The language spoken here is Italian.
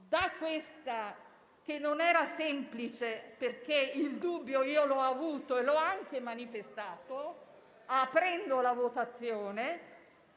senatore Cario. Non era semplice; il dubbio io l'ho avuto e l'ho anche manifestato aprendo la votazione,